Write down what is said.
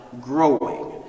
growing